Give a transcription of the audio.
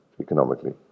economically